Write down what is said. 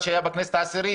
מה שהיה בכנסת העשירית.